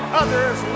others